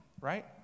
right